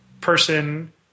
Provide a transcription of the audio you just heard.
person